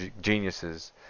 geniuses